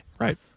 Right